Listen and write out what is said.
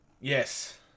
Yes